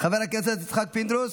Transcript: חבר הכנסת יצחק פינדרוס,